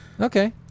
Okay